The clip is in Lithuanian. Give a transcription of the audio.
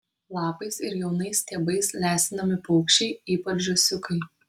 lapais ir jaunais stiebais lesinami paukščiai ypač žąsiukai